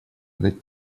этот